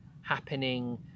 happening